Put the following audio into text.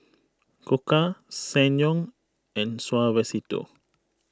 Koka Ssangyong and Suavecito